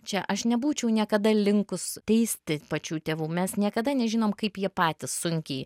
čia aš nebūčiau niekada linkus teisti pačių tėvų mes niekada nežinom kaip jie patys sunkiai